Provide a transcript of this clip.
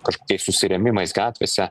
kažkokiais susirėmimais gatvėse